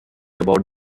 about